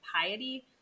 piety